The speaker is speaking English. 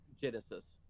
Genesis